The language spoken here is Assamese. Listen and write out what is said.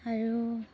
আৰু